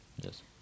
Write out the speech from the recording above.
Yes